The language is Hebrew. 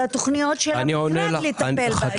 על התוכניות של המשרד לטפל בזה.